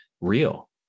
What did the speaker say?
real